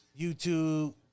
YouTube